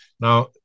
Now